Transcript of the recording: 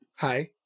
Hi